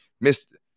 Missed